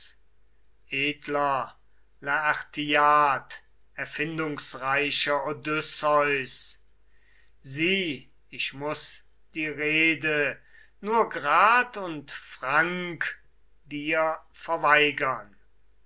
erfindungsreicher odysseus sieh ich muß die rede nur grad und frank dir verweigern